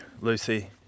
Lucy